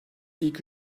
ilk